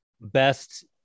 Best